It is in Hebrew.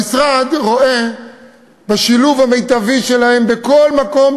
המשרד רואה בשילוב המיטבי שלהם בכל מקום,